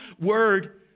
word